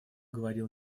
говорил